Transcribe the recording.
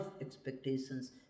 expectations